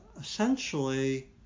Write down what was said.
essentially